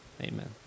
Amen